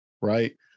right